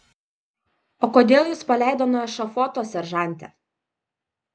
o kodėl jus paleido nuo ešafoto seržante